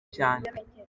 cyane